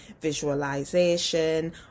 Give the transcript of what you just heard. visualization